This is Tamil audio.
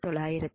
தேவைகள்